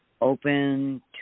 open